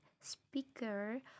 speaker